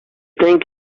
thank